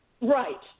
Right